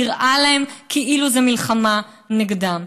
נראה להם כאילו זה מלחמה נגדם.